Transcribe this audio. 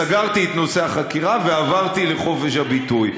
סגרתי את נושא החקירה ועברתי לחופש הביטוי.